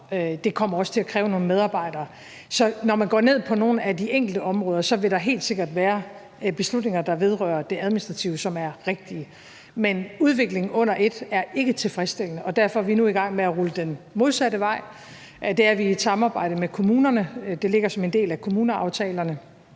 Det kommer også til at kræve nogle medarbejdere. Så når man går ned i nogle af de enkelte områder, vil der helt sikkert være beslutninger, der vedrører det administrative, som er rigtige, men udviklingen under et er ikke tilfredsstillende, og derfor er vi nu i gang med at rulle den modsatte vej. Det er vi i et samarbejde med kommunerne. Det ligger som en del af kommuneaftalerne,